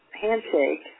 handshake